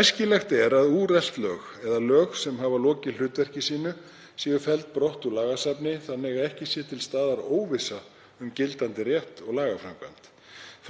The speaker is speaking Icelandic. Æskilegt er að úrelt lög eða lög sem hafa lokið hlutverki sínu séu felld brott úr lagasafni þannig að ekki sé til staðar óvissa um gildandi rétt og lagaframkvæmd.